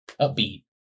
upbeat